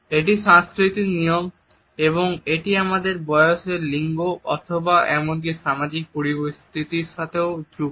এটিও সংস্কৃতিক নিয়ম এবং এটি আমাদের বয়স লিঙ্গ অবস্থা এমনকি সামাজিক পরিস্থিতির সাথেও যুক্ত